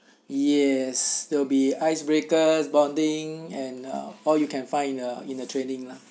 yes they'll be ice breakers bonding and uh or you can find a in the training lah